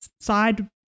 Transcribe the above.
side